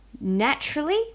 naturally